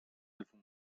avons